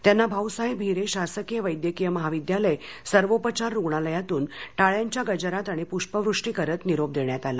त्यांना भाऊसाहेब हिरे शासकीय वैद्यकीय महाविद्यालय सर्वोपचार रुग्णालयातून टाळ्यांच्या गजरात आणि पुष्पवृष्टी करीत निरोप देण्यात आला